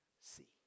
see